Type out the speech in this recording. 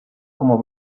como